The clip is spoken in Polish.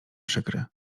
przykry